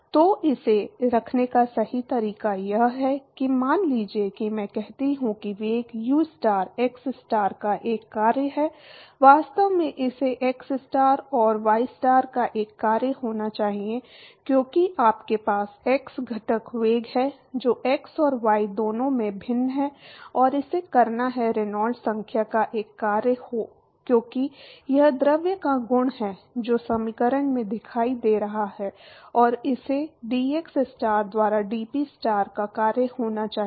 तो इसे रखने का सही तरीका यह है कि मान लीजिए कि मैं कहता हूं कि वेग ustar एक्सस्टार का एक कार्य है वास्तव में इसे एक्सस्टार और वाईस्टार का एक कार्य होना चाहिए क्योंकि आपके पास एक्स घटक वेग है जो एक्स और वाई दोनों में भिन्न है और इसे करना है रेनॉल्ड्स संख्या का एक कार्य हो क्योंकि यह द्रव का गुण है जो समीकरण में दिखाई दे रहा है और इसे dxstar द्वारा dPstar का कार्य होना चाहिए